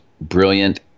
brilliant